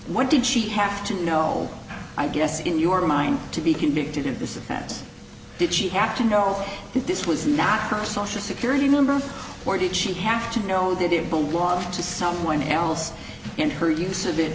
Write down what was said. what did she have to know i guess in your mind to be convicted of this offense did she have to know if this was not her social security number or did she have to know that it belonged to someone else in her use of it